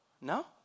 No